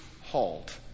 halt